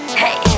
hey